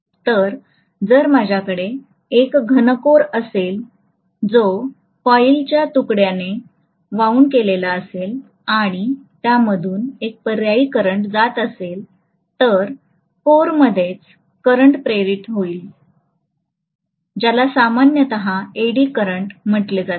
तर जर माझ्याकडे एक घन कोर असेल जो कॉईलच्या तुकड्याने वाउंड केलेला असेल आणि त्यामधून एक पर्यायी करंट जात असेल तर कोरमध्येच करंट प्रेरित होईल ज्याला सामान्यतः एडी करंट म्हटले जाते